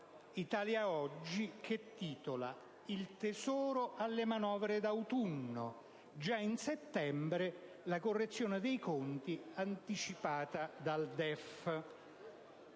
«Italia oggi», che titola: «Il Tesoro alle manovre d'autunno. Già in settembre la correzione dei conti anticipata dal DEF».